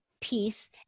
peace